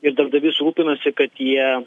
ir darbdavys rūpinasi kad jie